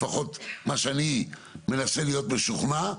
לפחות מה שאני מנסה להיות משוכנע,